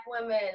women